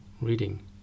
Reading